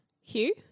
Hugh